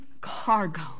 cargo